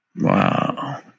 Wow